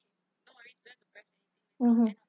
mmhmm